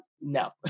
No